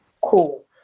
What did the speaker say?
Cool